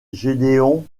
gédéon